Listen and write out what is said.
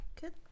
good